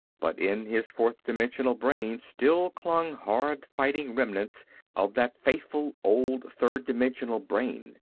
but in his fourth-dimensional brain still clung hard-fighting remnants of that faithful old third-dimensional brain.